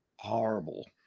Horrible